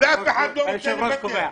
ואף אחד לא רוצה לוותר.